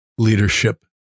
Leadership